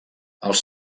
els